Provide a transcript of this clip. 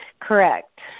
Correct